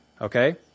Okay